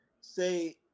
say